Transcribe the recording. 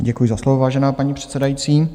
Děkuji za slovo, vážená paní předsedající.